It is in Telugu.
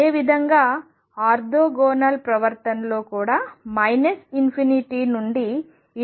అదేవిధంగా ఆర్తోగోనల్ ప్రవర్తనలో కూడా ∞ నుండి ∞ వరకు పరిగణిస్తాము